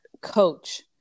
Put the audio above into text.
coach